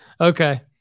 okay